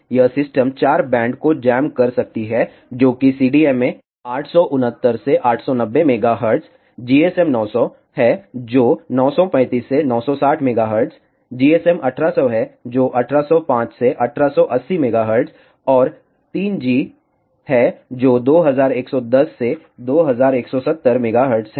यह system 4 band को jam कर सकती है जो कि CDMA 869 से 890 MHz GSM 900 है जो 935 से 960 MHz GSM 1800 है जो 1805 से 1880 MHz और 3 जी है जो 2110 से 2170 MHz है